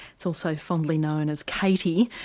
it's also fondly known as catie,